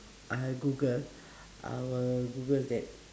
I google I will google that